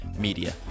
media